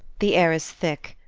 the air is thick,